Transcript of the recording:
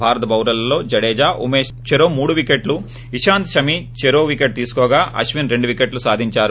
భారత బౌలర్లలో జడేజా ఉమేశ్ చెరో మూడు వికెట్లు ఇషాంత్ షమి చెరో వికెట్ తీసుకోగా అశ్విన్ రెండు వికెట్లు సాధించారు